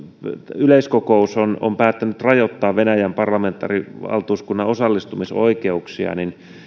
yleiskokous on on päättänyt rajoittaa venäjän parlamentaarisen valtuuskunnan osallistumisoikeuksia